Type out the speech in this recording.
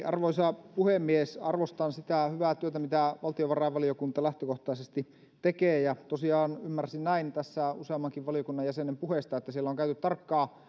arvoisa puhemies arvostan sitä hyvää työtä mitä valtiovarainvaliokunta lähtökohtaisesti tekee ja tosiaan ymmärsin näin tässä useammankin valiokunnan jäsenen puheesta että siellä on käyty tarkkaa